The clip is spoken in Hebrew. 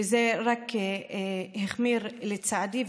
וזה רק החמיר, לצערי.